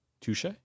Touche